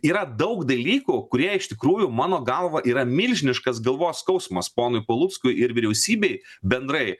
yra daug dalykų kurie iš tikrųjų mano galva yra milžiniškas galvos skausmas ponui paluckui ir vyriausybei bendrai